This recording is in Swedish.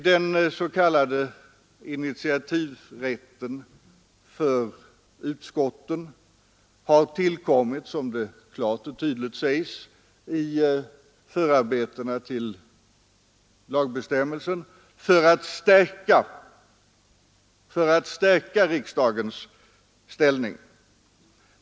Den s.k. initiativrätten för utskotten har, som klart och tydligt sägs i förarbetena till lagbestämmelsen, tillkommit för att stärka riksdagens ställning.